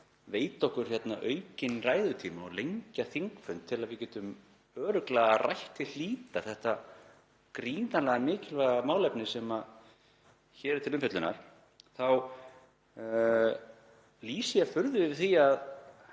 veita okkur hérna aukinn ræðutíma og lengja þingfund til að við getum örugglega rætt til hlítar þetta gríðarlega mikilvæga málefni sem hér er til umfjöllunar, þá lýsi ég furðu yfir því að